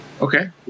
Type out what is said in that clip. Okay